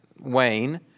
Wayne